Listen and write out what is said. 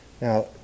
Now